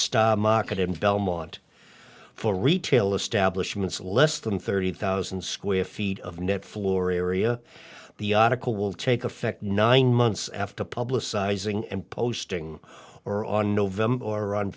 stock market in belmont for retail establishments less than thirty thousand square feet of net floor area the article will take effect nine months after publicizing and posting or on november or on